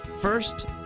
first